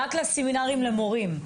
רק לסמינרים למורים.